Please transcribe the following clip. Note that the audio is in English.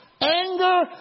anger